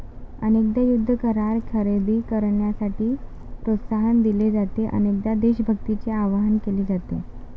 अनेकदा युद्ध करार खरेदी करण्यासाठी प्रोत्साहन दिले जाते, अनेकदा देशभक्तीचे आवाहन केले जाते